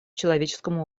человеческому